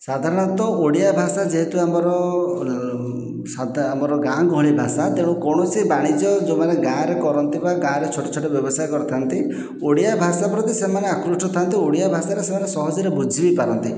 ସାଧାରଣତଃ ଓଡ଼ିଆ ଭାଷା ଯେହେତୁ ଆମର ସାଦା ଆମର ଗାଁ ଗହଳି ଭାଷା ତେଣୁ କୌଣସି ବାଣିଜ୍ୟ ଯେଉଁମାନେ ଗାଁରେ କରନ୍ତି ବା ଗାଁରେ ଛୋଟ ଛୋଟ ବ୍ୟବସାୟ କରିଥାନ୍ତି ଓଡ଼ିଆ ଭାଷା ପ୍ରତି ସେମାନେ ଆକୃଷ୍ଟ ଥାଆନ୍ତି ଓଡ଼ିଆ ଭାଷାରେ ସେମାନେ ସହଜରେ ବୁଝି ବି ପାରନ୍ତି